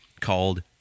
called